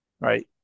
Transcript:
right